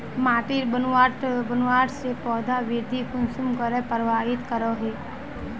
माटिर बनावट से पौधा वृद्धि कुसम करे प्रभावित करो हो?